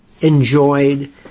enjoyed